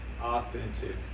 authentic